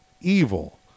evil